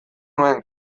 nuen